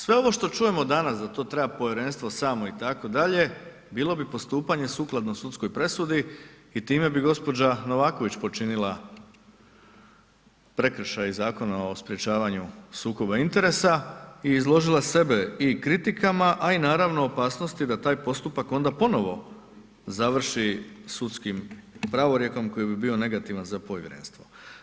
Sve ovo što čujemo danas da to treba povjerenstvo samo itd., bilo bi postupanje sukladno sudskoj presudi i time bi gđa. Novaković počinila prekršaj Zakona o sprječavanju sukoba interesa i izložila sebe i kritikama a i naravno, opasnost da taj postupak onda ponovno završi sudskim pravorijekom koji bi bio negativan za povjerenstvo.